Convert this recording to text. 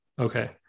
Okay